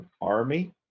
army